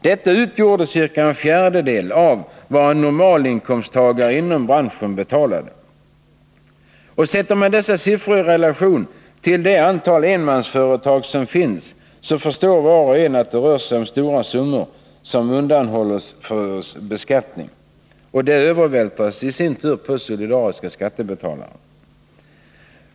Detta utgjorde ca en fjärdedel av vad en normalinkomsttagare i branschen betalade. Sätter man dessa siffror i relation till det antal enmansföretag som finns, så förstår var och en att det rör sig om stora summor undanhållen skatt som i sin tur övervältras på solidariska skattebetalare.